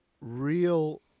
real